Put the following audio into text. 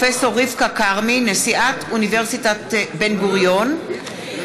בהצעת חוק התכנון והבנייה (תיקון מס' 117)